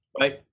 Right